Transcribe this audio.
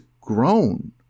grown